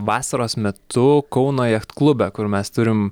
vasaros metu kauno jachtklube kur mes turim